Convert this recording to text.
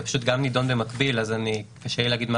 זה פשוט נידון במקביל אז קשה לי להגיד מה